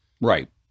Right